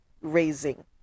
raising